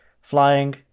flying